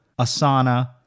asana